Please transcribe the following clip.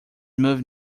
smooth